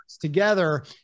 together